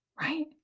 Right